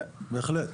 כן, בהחלט.